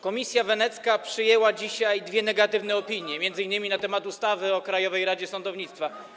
Komisja Wenecka przyjęła dzisiaj dwie negatywne opinie, m.in. na temat ustawy o Krajowej Radzie Sądownictwa.